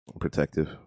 Protective